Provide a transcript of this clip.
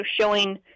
showing